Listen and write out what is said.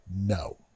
no